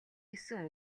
гэсэн